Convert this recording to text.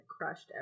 crushed